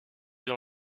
dans